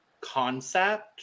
Concept